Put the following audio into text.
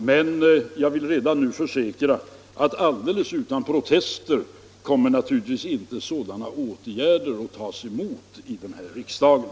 Men jag vill redan nu försäkra att sådana åtgärder inte utan protester kommer att tas emot här i riksdagen.